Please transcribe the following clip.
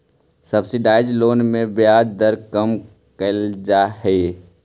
subsidised loan में ब्याज दर कम कैल जा हइ